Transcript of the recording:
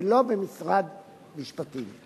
ולא במשרד המשפטים.